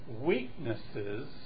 weaknesses